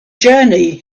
journey